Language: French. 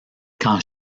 quand